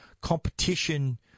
Competition